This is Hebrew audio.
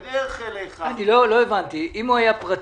אני לא הבנתי, אם הוא היה פרטי?